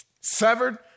severed